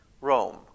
Rome